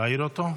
להעיר אותו?